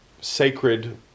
sacred